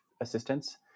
assistance